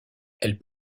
elle